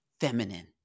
feminine